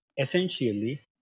essentially